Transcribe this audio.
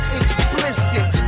explicit